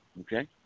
okay